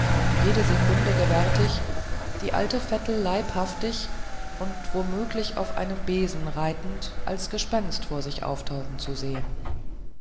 jede sekunde gewärtig die alte vettel leibhaftig und womöglich auf einem besen reitend als gespenst vor sich auftauchen zu sehen